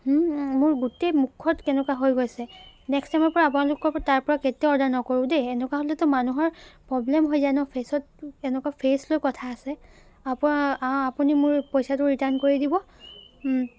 মোৰ গোটেই মুখত কেনেকুৱা হৈ গৈছে নেক্সট টাইমৰ পৰা আপোনালোকৰ তাৰপৰা কেতিয়া অৰ্ডাৰ নকৰোঁ দেই এনেকুৱা হ'লেতো মানুহৰ প্ৰব্লেম হৈ যায় নহ্ এনেকুৱা ফেচত এনেকুৱা ফেচ লৈ কথা আছে আপ আপুনি মোৰ পইচাটো ৰিটাৰ্ণ কৰি দিব